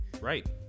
Right